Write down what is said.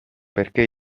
perché